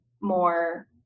more